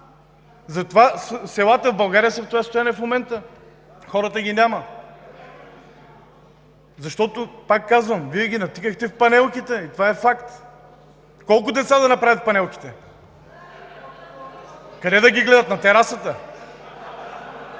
Затова селата в България са в това състояние в момента. Хората ги няма! Защото, пак казвам, Вие ги натикахте в панелките и това е факт! Колко деца да направят в панелките? (Оживление.) Къде да ги гледат? На терасата?